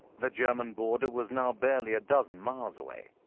the german border was now barely a dozen miles away.